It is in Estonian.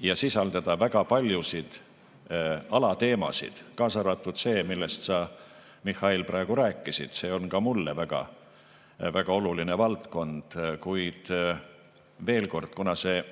ja sisaldada väga paljusid alateemasid, kaasa arvatud see, millest sa, Mihhail, praegu rääkisid. See on ka mulle väga oluline valdkond. Kuid veel kord: kuna see